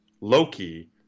Loki